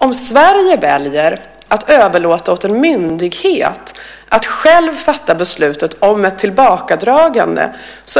Om Sverige väljer att överlåta åt en myndighet att själv fatta beslutet om ett tillbakadragande